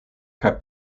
kaj